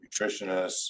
nutritionists